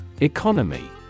Economy